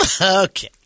okay